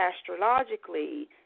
astrologically